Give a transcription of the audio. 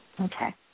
Okay